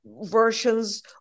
versions